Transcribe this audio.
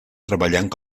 treballant